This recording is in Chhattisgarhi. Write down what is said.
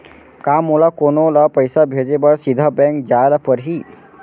का मोला कोनो ल पइसा भेजे बर सीधा बैंक जाय ला परही?